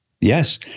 Yes